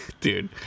Dude